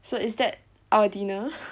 so is that our dinner